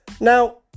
Now